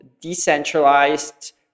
decentralized